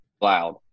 loud